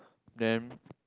then